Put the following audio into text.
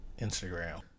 Instagram